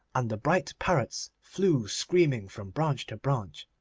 and the bright parrots flew screaming from branch to branch.